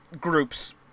groups